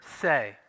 say